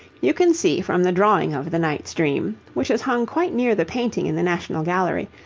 you can see from the drawing of the knight's dream which is hung quite near the painting in the national gallery,